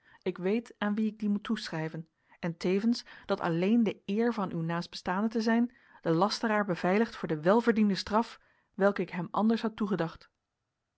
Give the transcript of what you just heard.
ik weet aan wien ik dien moet toeschrijven en tevens dat alleen de eer van uw naastbestaande te zijn den lasteraar beveiligt voor de welverdiende straf welke ik hem anders had toegedacht